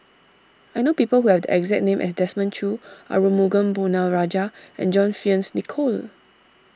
I know people who have the exact name as Desmond Choo Arumugam Ponnu Rajah and John Fearns Nicoll